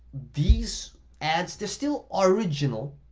these ads, they're still original